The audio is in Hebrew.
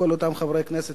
לכל חברי הכנסת